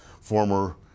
former